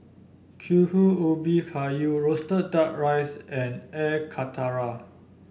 Kuih Ubi Kayu roasted duck rice and Air Karthira